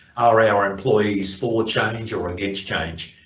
are our employees for change or against change,